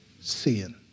seeing